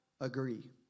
Agree